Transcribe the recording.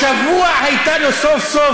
השבוע הייתה לו סוף-סוף,